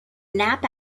knapp